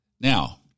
Now